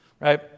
Right